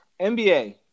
NBA